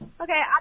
Okay